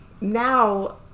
now